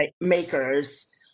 makers